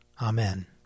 Amen